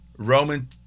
Roman